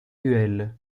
duels